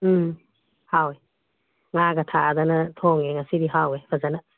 ꯎꯝ ꯍꯥꯎꯏ ꯉꯥꯒ ꯊꯥꯛꯑꯗꯅ ꯊꯣꯡꯏ ꯉꯁꯤꯗꯤ ꯍꯥꯎꯏ ꯐꯖꯅ